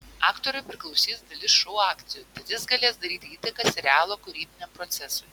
aktoriui priklausys dalis šou akcijų tad jis galės daryti įtaką serialo kūrybiniam procesui